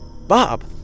Bob